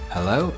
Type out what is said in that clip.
Hello